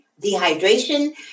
dehydration